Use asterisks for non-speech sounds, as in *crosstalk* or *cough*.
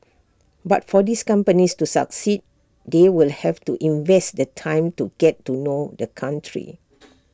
but for these companies to succeed they will have to invest the time to get to know the country *noise*